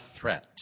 threat